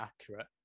accurate